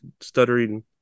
stuttering